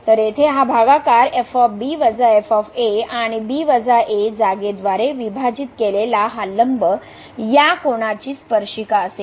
तर येथे हा भागाकर f वजा f आणि b a जागेद्वारे विभाजित केलेला हा लंब या कोनाची स्पर्शिका असेल